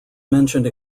mentioned